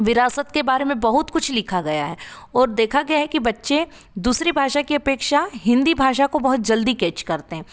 विरासत के बारे में बहुत कुछ लिखा गया है और देखा गया है कि बच्चे दूसरी भाषा की अपेक्षा हिन्दी भाषा को बहुत जल्दी कैच करते हैं